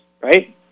right